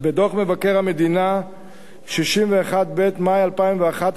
בדוח מבקר המדינה 61ב ממאי 2011,